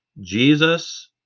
Jesus